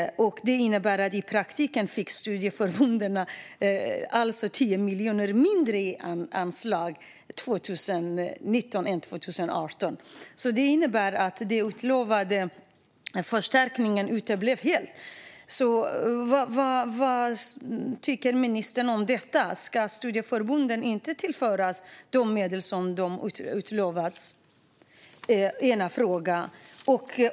I praktiken fick alltså studieförbunden 10 miljoner mindre i anslag 2019 än 2018, och den utlovade förstärkningen uteblev helt. Vad tycker ministern om detta? Ska studieförbunden inte tillföras de medel de utlovats?